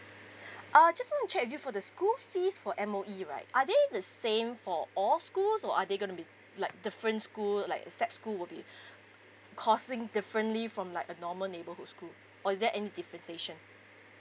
uh just want to check with you for the school fees for M_O_E right are they the same for all schools or are they gonna be like different school like ESAP school would be costing differently from like a normal neighbourhood school or is there any differentiation